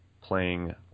playing